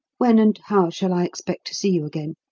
when and how shall i expect to see you again?